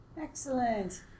Excellent